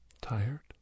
Tired